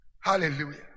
Hallelujah